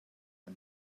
and